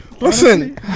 Listen